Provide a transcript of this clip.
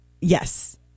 Yes